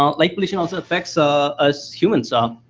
um light pollution also affects ah us humans. ah